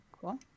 cool